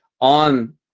on